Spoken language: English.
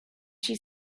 she